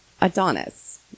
Adonis